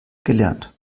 gelernt